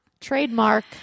Trademark